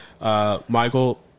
Michael